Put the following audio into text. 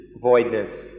voidness